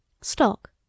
Stock